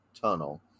tunnel